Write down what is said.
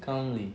calmly